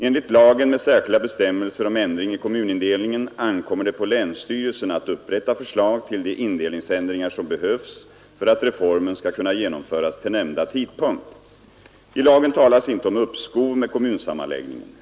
Enligt lagen med särskilda bestämmelser om ändring i kommunindelningen ankommer det på länsstyrelserna att upprätta förslag till de indelningsändringar som behövs för att reformen skall kunna genomföras till nämnda tidpunkt. I lagen talas inte om uppskov med kommunsammanläggningen.